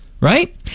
Right